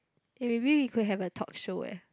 eh maybe we could have a talkshow eh